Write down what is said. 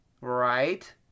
right